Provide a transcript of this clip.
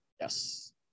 Yes